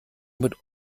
mit